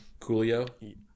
Coolio